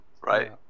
right